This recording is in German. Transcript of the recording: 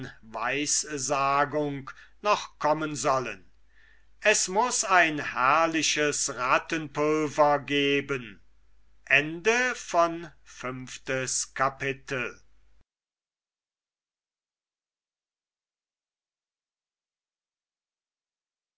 weissagung noch kommen sollen es muß ein herrliches rattenpulver geben